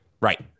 Right